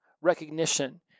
recognition